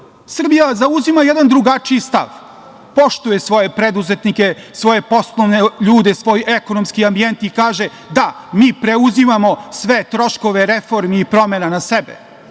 Srbija zauzima jedan drugačiji stav, poštuje svoje preduzetnike, svoje poslovne ljude, svoj ekonomski ambijent i kaže – da, mi preuzimamo sve troškove reformi i promena na sebe.